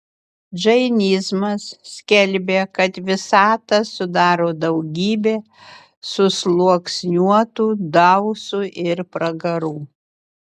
džainizmas skelbė kad visatą sudaro daugybė susluoksniuotų dausų ir pragarų